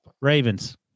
Ravens